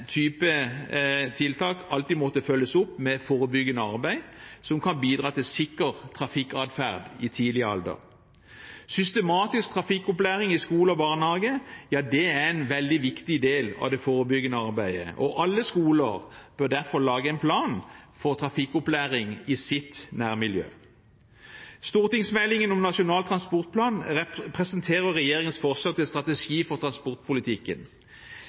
type tiltak alltid måtte følges opp med forebyggende arbeid, som kan bidra til sikker trafikkatferd i tidlig alder. Systematisk trafikkopplæring i skole og barnehage er en veldig viktig del av det forebyggende arbeidet, og alle skoler bør derfor lage en plan for trafikkopplæring i sitt nærmiljø. Stortingsmeldingen om Nasjonal transportplan representerer regjeringens forslag til strategi for transportpolitikken.